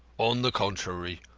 on the contrary,